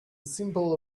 simple